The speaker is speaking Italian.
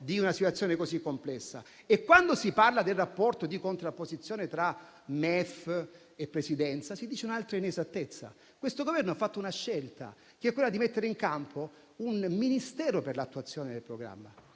di una situazione così complessa. Quando si parla del rapporto di contrapposizione tra MEF e Presidenza del Consiglio si dice un'altra inesattezza. Questo Governo ha fatto la scelta di mettere in campo un Ministero per l'attuazione del programma.